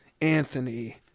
anthony